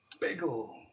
Bagel